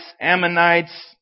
Ammonites